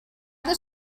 this